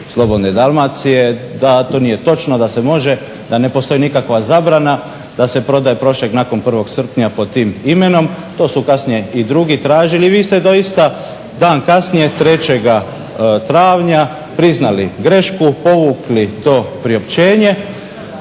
Slobodne Dalmacije da to nije točno da se može, da ne postoji nikakva zabrana, da se prodaje Prošek nakon 1.srpnja pod tim imenom, to su kasnije i drugi tražili i vi ste doista dan kasnije 3.travnja priznali grešku, povukli to priopćenje.